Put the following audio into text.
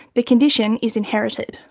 the condition is inherited.